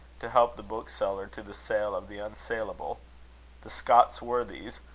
to help the bookseller to the sale of the unsaleable the scots worthies,